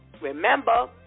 Remember